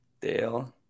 Dale